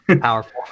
Powerful